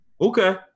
okay